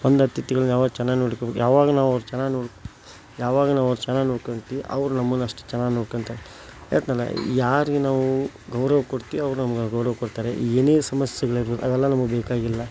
ಬಂದ ಅತಿಥಿಗಳ್ನ ಯಾವಾಗ ಚೆನ್ನಾಗಿ ನೋಡ್ಕ್ಯಬೇಕು ಯಾವಾಗ ನಾವು ಅವ್ರನ್ನ ಚೆನ್ನಾಗಿ ನೋಡಿ ಯಾವಾಗ ನಾವು ಅವ್ರನ್ನ ಚೆನ್ನಾಗಿ ನೋಡ್ಕೊತಿವಿ ಅವ್ರು ನಮ್ಮನ್ನು ಅಷ್ಟೇ ಚೆನ್ನಾಗಿ ನೋಡ್ಕತಾರೆ ಹೇಳ್ದ್ನಲ್ಲ ಯಾರಿಗೆ ನಾವು ಗೌರವ ಕೊಡ್ತೀವಿ ಅವ್ರು ನಮ್ಗೆ ಗೌರವ ಕೊಡ್ತಾರೆ ಏನೇ ಸಮಸ್ಯೆಗಳಿರಲಿ ಅವೆಲ್ಲ ನಮ್ಗೆ ಬೇಕಾಗಿಲ್ಲ